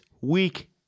Week